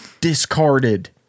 Discarded